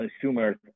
consumers